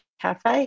cafe